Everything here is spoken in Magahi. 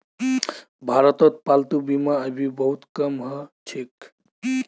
भारतत पालतू बीमा अभी बहुत कम ह छेक